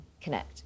connect